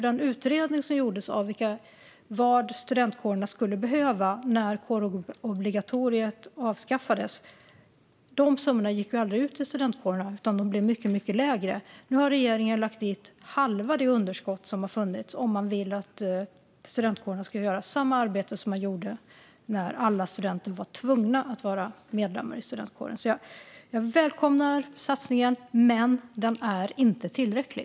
Det gjordes en utredning av vad studentkårerna skulle behöva när kårobligatoriet avskaffades, men de summorna gick ju aldrig ut till studentkårerna. De blev i stället mycket lägre. Nu har regeringen lagt dit hälften av det som behövs om man vill att studentkårerna ska göra samma arbete som de gjorde när alla studenter var tvungna att vara medlemmar i studentkåren. Jag välkomnar alltså satsningen, men den är inte tillräcklig.